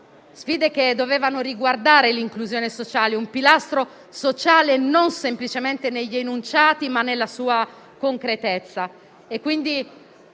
sfide che dovevano riguardare l'inclusione sociale, un pilastro sociale non semplicemente negli enunciati, ma nella sua concretezza.